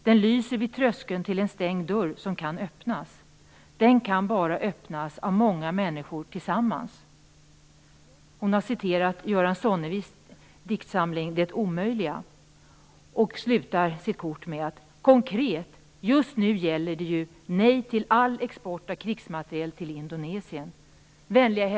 Den lyser vid tröskeln till en stängd dörr som kan öppnas. Den kan bara öppnas av många människor tillsammans. Avsändaren av kortet har citerat ur Göran Sonnevis diktsamling Det omöjliga och avslutar med följande ord: "Konkret, just nu, gäller det ju: Nej, till all export av krigsmateriel till Indonesien.